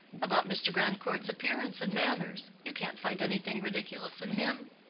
about mr. grandcourt's appearance and manners. you can't find anything ridiculous in him.